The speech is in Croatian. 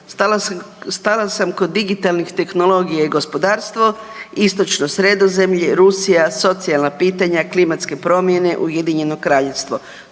Stala sam kod digitalnih tehnologija i gospodarstvo. istočno Sredozemlje, Rusija, socijalna pitanja, klimatske promjene, UK, Turska,